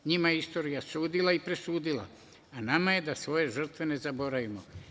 Njima je istorija sudila i presudila, a na nama je da svoje žrtve ne zaboravimo.